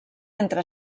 entre